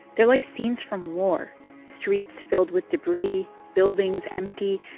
they're like scenes from war streets filled with debris, buildings empty,